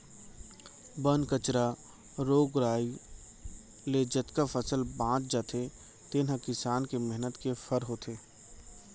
बन कचरा, रोग राई ले जतका फसल बाँच जाथे तेने ह किसान के मेहनत के फर होथे